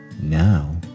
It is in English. Now